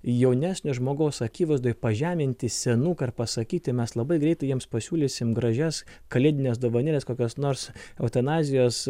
jaunesnio žmogaus akivaizdoj pažeminti senuką ar pasakyti mes labai greitai jiems pasiūlysim gražias kalėdinės dovanėlės kokias nors eutanazijos